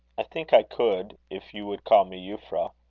i think i could, if you would call me euphra.